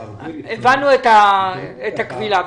הבנו את הקבילה.